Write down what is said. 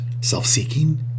self-seeking